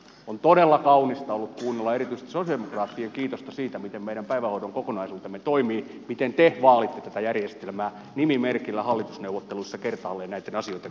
on ollut todella kaunista kuunnella erityisesti sosialidemokraattien kiitosta siitä miten meidän päivähoidon kokonaisuutemme toimii miten te vaalitte tätä järjestelmää nimimerkillä hallitusneuvotteluissa kertaalleen näitten asioitten kanssa tapellut